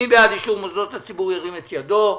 מי בעד אישור מוסדות הציבור, ירים את ידו?